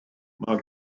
mae